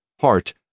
heart